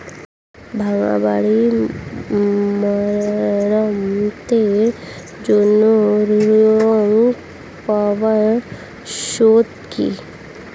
ভাঙ্গা বাড়ি মেরামতের জন্য ঋণ পাওয়ার শর্ত কি?